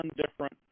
different